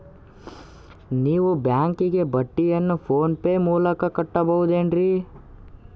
ನಾವು ಬ್ಯಾಂಕಿಗೆ ಬಡ್ಡಿಯನ್ನು ಫೋನ್ ಪೇ ಮೂಲಕ ಕಟ್ಟಬಹುದೇನ್ರಿ?